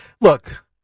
Look